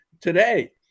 today